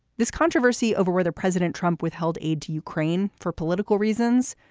this controversy over whether president trump withheld aid to ukraine for political reasons.